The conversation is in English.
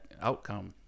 outcome